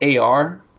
AR